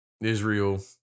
Israel